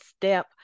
step